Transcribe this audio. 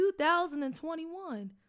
2021